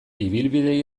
ibilbide